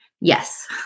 Yes